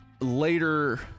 later